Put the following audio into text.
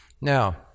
Now